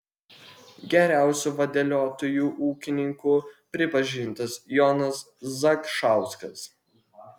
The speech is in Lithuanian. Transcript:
geriausiu vadeliotoju ūkininku pripažintas jonas zakšauskas